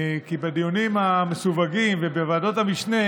כי בדיונים המסווגים ובוועדת המשנה